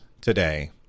today